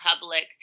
public